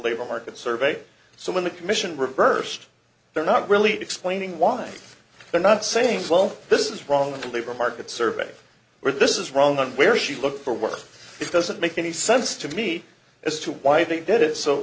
labor market survey so when the commission reversed they're not really explaining why they're not saying well this is wrong and the labor market survey where this is wrong and where she looked for work it doesn't make any sense to me as to why they did it so